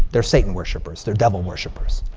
they're satan worshippers. they're devil worshippers.